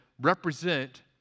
represent